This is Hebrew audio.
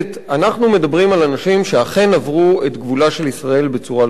אנחנו מדברים על אנשים שאכן עברו את גבולה של ישראל בצורה לא חוקית,